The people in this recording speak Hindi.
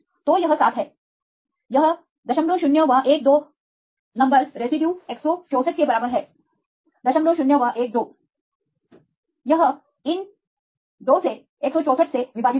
तो यह 7 है यह 0012 नंबर रेसिड्यू 164 के बराबर है 0012 यह इन 2 से 164 से विभाजित होगा